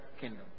kingdom